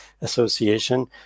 association